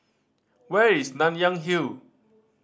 where is Nanyang Hill